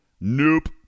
Nope